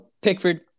Pickford